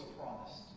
promised